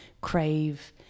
crave